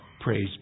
praise